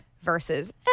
versus